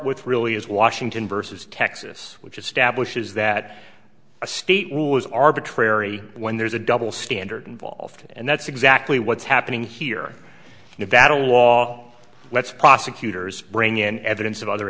with really is washington versus texas which establishes that a state rule is arbitrary when there's a double standard involved and that's exactly what's happening here in nevada law let's prosecutors bring in evidence of other